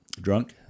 drunk